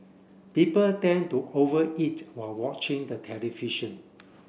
people tend to over eat while watching the television